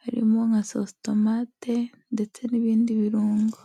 harimo nka sositomate ndetse n'ibindi birungo.